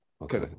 Okay